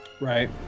Right